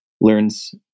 learns